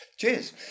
Cheers